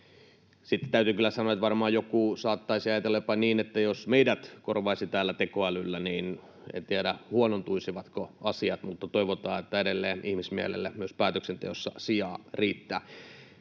Sitten täytyy kyllä sanoa, että varmaan joku saattaisi ajatella jopa niin, että jos meidät täällä korvaisi tekoälyllä, niin ei tiedä, huonontuisivatko asiat, mutta toivotaan, että edelleen ihmismielelle myös päätöksenteossa sijaa riittää.